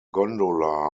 gondola